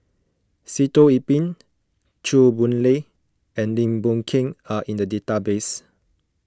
Sitoh Yih Pin Chew Boon Lay and Lim Boon Keng are in the database